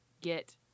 get